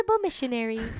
missionary